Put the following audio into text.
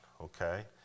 okay